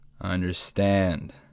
Understand